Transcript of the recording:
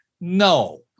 No